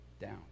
down